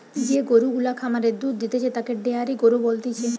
যে গরু গুলা খামারে দুধ দিতেছে তাদের ডেয়ারি গরু বলতিছে